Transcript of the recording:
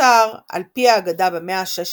שנוצר על פי האגדה במאה ה-16